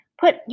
put